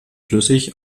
flüssig